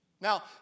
Now